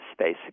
space